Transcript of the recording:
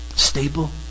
Stable